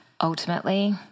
Ultimately